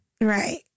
right